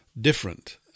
different